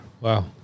Wow